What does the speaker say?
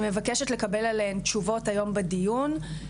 מבקשת לקבל עליהם תשובות היום בדיון.